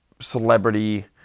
celebrity